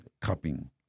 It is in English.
cupping